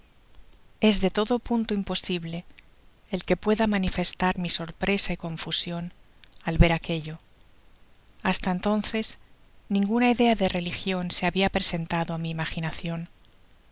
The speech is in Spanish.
es de todo punto imposible el que pueda manifestar mi sorpresa y confusion al ver aquello hasta entonces ninguna idea de religion se labia presenta do á mi imaginacion